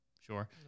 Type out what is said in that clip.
sure